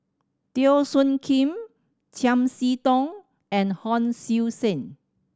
Teo Soon Kim Chiam See Tong and Hon Sui Sen